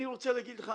אני רוצה להגיד לך,